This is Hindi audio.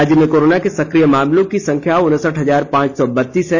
राज्य में कोरोना के सक्रिय मामलों की संख्या उनसठ हजार पांच सौ बत्तीस है